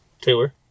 Taylor